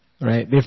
right